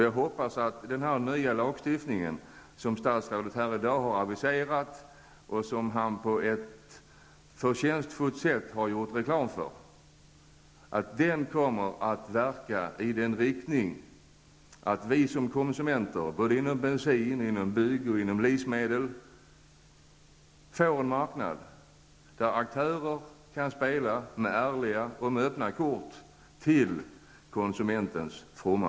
Jag hoppas att den nya konkurrenslagstiftning som statsrådet har aviserat här i dag och som han på ett förtjänstfullt sätt har gjort reklam för skall verka i riktning mot att vi som konsumenter såväl när det gäller bensinen som när det gäller byggmarknaden och livsmedlen får en marknad där aktörererna kan spela ärligt, med öppna kort, till konsumenternas fromma.